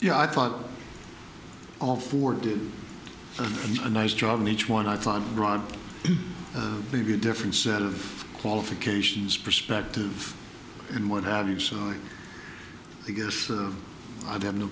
yeah i thought all four do so and a nice job in each one i thought maybe a different set of qualifications perspective and what have you so i guess i'd have no